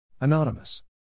Anonymous